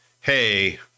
hey